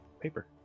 paper